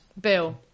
Bill